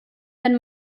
wenn